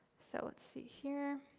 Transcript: so let's see here,